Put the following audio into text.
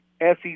SEC